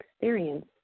experience